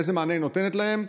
איזה מענה היא נותנת להם.